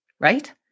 right